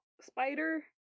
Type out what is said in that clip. spider